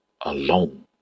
alone